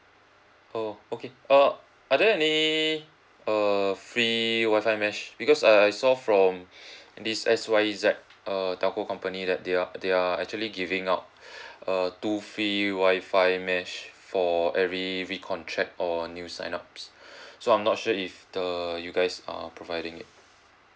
oh okay err are there any err free Wi-Fi mesh because I I saw from this X Y Z err telco company that they are they are actually giving out uh two free Wi-Fi mesh for every recontract or new sign ups so I'm not sure if the you guys are providing it